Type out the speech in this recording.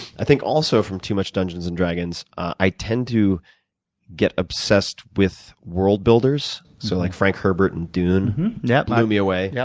i think also from too much dungeons and dragons, i tend to get obsessed with world-builders. so like frank herbert and dune. yeah. blew me away. yeah